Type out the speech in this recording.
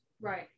Right